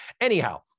anyhow